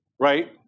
Right